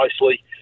nicely